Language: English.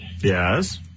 Yes